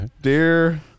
Dear